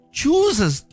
chooses